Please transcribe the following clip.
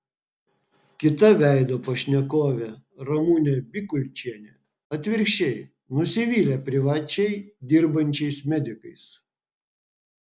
kita veido pašnekovė ramunė bikulčienė atvirkščiai nusivylė privačiai dirbančiais medikais